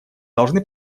должны